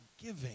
giving